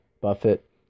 Buffett